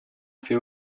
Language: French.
fait